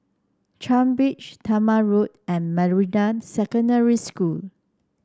Changi Beach Talma Road and Meridian Secondary School